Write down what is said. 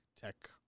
tech